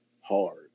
hard